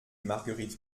marguerite